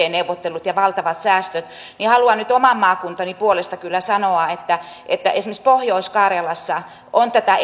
neuvottelut ja valtavat säästöt nyt oman maakuntani puolesta kyllä sanoa että että esimerkiksi pohjois karjalassa on tätä